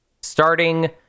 Starting